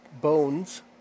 bones